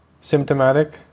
symptomatic